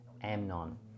Amnon